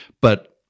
But-